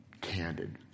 candid